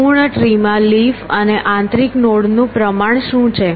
સંપૂર્ણ ટ્રી માં લીફ અને આંતરિક નોડ નું પ્રમાણ શું છે